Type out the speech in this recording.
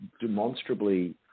demonstrably